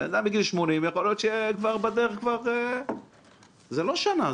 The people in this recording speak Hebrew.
בן אדם בגיל 80 יכול להיות שכבר בדרך זה לא שנה,